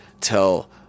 tell